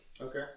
Okay